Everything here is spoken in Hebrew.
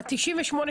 התשפ"ג 2023,